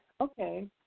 okay